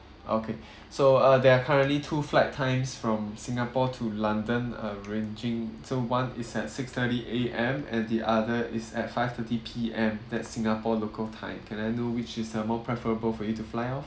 okay so uh are there are currently two flight times from singapore to london uh ranging so one is at six thirty A_M and the other is at five thirty P_M that's singapore local time can I know which is uh more preferable for you to fly off